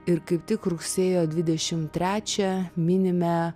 ir kaip tik rugsėjo dvidešim trečią minime